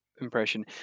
impression